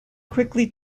quickly